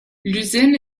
l’usine